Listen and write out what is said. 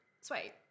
Sweet